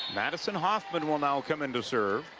madison hoffman will now comein to serve.